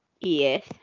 Yes